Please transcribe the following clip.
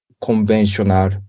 conventional